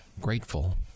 grateful